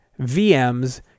VMs